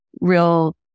real